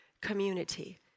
community